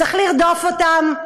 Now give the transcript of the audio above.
צריך לרדוף אותם.